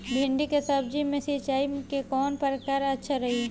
भिंडी के सब्जी मे सिचाई के कौन प्रकार अच्छा रही?